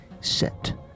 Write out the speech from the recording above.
set